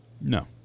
No